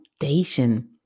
foundation